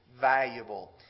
valuable